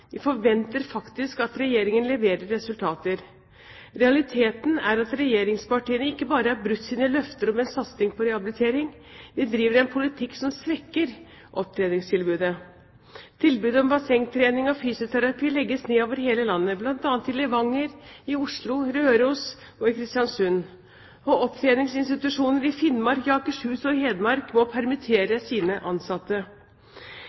Vi forventer faktisk at Regjeringen leverer resultater. Realiteten er at regjeringspartiene ikke bare har brutt sine løfter om en satsing på rehabilitering. De driver en politikk som svekker opptreningstilbudet. Tilbud om bassengtrening og fysioterapi legges ned over hele landet, blant annet i Levanger, i Oslo, på Røros og i Kristiansund. Opptreningsinstitusjoner i Finnmark, i Akershus og i Hedmark må